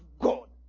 God